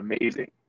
amazing